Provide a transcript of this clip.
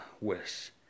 wish